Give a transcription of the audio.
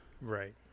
Right